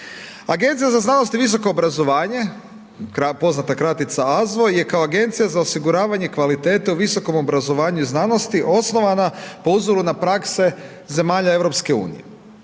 Agencija za znanost i visoko obrazovanje, poznata kratica AZVO je kao agencija za osiguravanje kvalitete za visoko obrazovanju i znanosti, osnovana po uzoru na prakse zemalja EU.